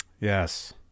Yes